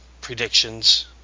predictions